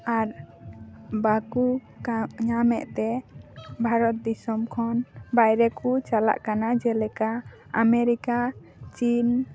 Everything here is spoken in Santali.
ᱟᱨ ᱵᱟᱠᱚ ᱠᱟ ᱧᱟᱢᱮᱫ ᱛᱮ ᱵᱷᱟᱨᱚᱛ ᱫᱤᱥᱚᱢ ᱠᱷᱚᱱ ᱵᱟᱦᱚᱨᱮ ᱠᱚ ᱪᱟᱞᱟᱜ ᱠᱟᱱᱟ ᱡᱮᱞᱮᱠᱟ ᱟᱢᱮᱨᱤᱠᱟ ᱪᱤᱱ